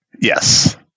Yes